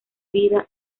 vida